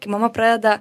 kai mama pradeda